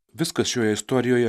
viskas šioje istorijoje